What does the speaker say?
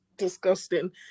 disgusting